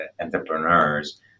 entrepreneurs